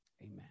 Amen